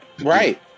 Right